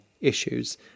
issues